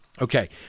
Okay